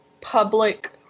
public